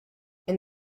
and